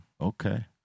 Okay